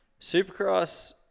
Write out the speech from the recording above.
Supercross